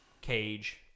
Cage